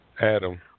Adam